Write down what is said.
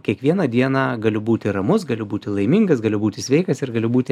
kiekvieną dieną galiu būti ramus galiu būti laimingas galiu būti sveikas ir galiu būti